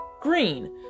green